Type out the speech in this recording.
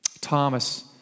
Thomas